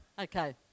Okay